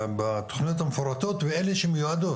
בתוכניות המפורטות ולאלה שמיועדות.